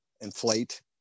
inflate